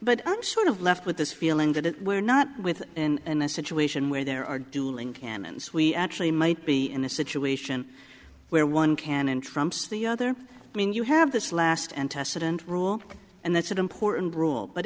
but i'm sort of left with this feeling that we're not with and this situation where there are dueling canons we actually might be in a situation where one can and trumps the other i mean you have this last antecedent rule and that's an important rule but